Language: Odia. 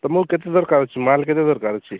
ତମୁକୁ କେତେ ଦରକାର ଅଛି ମାଲ୍ କେତେ ଦରକାର ଅଛି